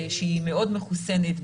שהיא מאוד מחוסנת,